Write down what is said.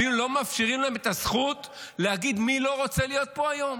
אפילו לא מאפשרים להם את הזכות להגיד מי לא רוצה להיות פה היום.